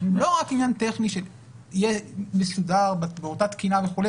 לא רק עניין טכני שיהיה מסודר באותה תקינה וכולי